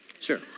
sure